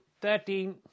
Thirteen